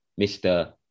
Mr